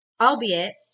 albeit